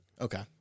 Okay